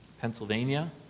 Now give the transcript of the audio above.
Pennsylvania